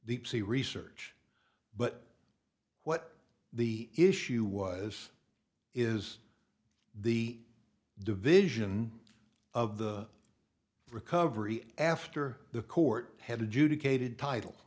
deep sea research but what the issue was is the division of the recovery after the court had a